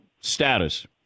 status